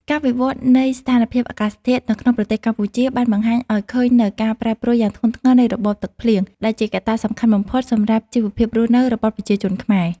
ការវិវត្តនៃស្ថានភាពអាកាសធាតុនៅក្នុងប្រទេសកម្ពុជា បានបង្ហាញឱ្យឃើញនូវការប្រែប្រួលយ៉ាងធ្ងន់ធ្ងរនៃរបបទឹកភ្លៀង ដែលជាកត្តាសំខាន់បំផុតសម្រាប់ជីវភាពរស់នៅរបស់ប្រជាជនខ្មែរ។